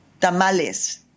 tamales